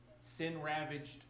sin-ravaged